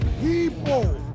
people